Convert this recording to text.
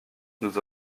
nous